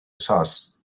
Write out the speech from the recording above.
source